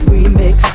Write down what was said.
Remix